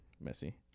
messy